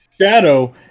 Shadow